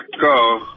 Go